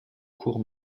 courts